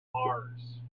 mars